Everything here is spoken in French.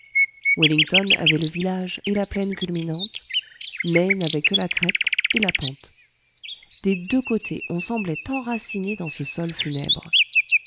wellington avait le village et la plaine culminante ney n'avait que la crête et la pente des deux côtés on semblait enraciné dans ce sol funèbre